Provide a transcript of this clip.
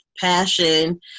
passion